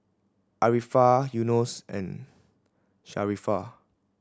Arifa Yunos and Sharifah